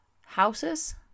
houses